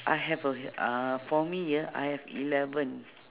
I have a uhh for me ah I have eleven